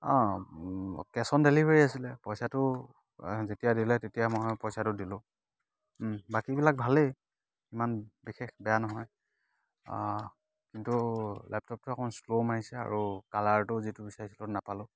অঁ অঁ cash on delivery আছিলে পইচাটো যেতিয়া দিলে তেতিয়া মই পইচাটো দিলো বাকীবিলাক ভালেই ইমান বিশেষ বেয়া নহয় কিন্তু লেপটপটো অকমান শ্ল' মাৰিছে আৰু কালাৰটো যিটো বিচাৰিছিলো নাপালো